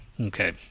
Okay